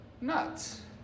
Nuts